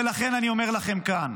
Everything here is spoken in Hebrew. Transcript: ולכן אני אומר לכם כאן,